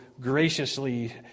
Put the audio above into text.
graciously